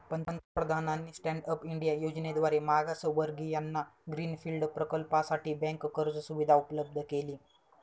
पंतप्रधानांनी stand up India योजनेद्वारे मागासवर्गीयांना ग्रीन फील्ड प्रकल्पासाठी बँक कर्ज सुविधा उपलब्ध केली